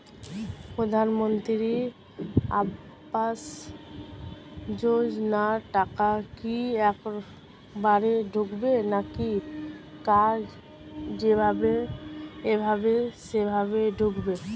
প্রধানমন্ত্রী আবাস যোজনার টাকা কি একবারে ঢুকবে নাকি কার যেভাবে এভাবে সেভাবে ঢুকবে?